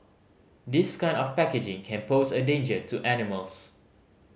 this kind of packaging can pose a danger to animals